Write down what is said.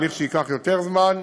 הליך שייקח יותר זמן,